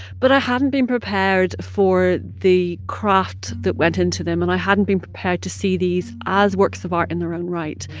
but i hadn't been prepared for the craft that went into them. and i hadn't been prepared to see these as works of art in their own right,